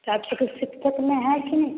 सब शिक्षक में है कि नहीं